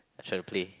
I shall play